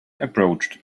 approached